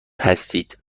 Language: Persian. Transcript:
هستید